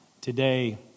today